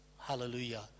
Hallelujah